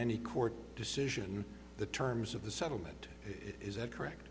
any court decision the terms of the settlement is that correct